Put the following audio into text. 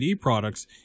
products